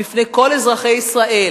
בפני כל אזרחי ישראל.